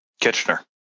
Kitchener